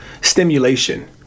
stimulation